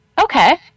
Okay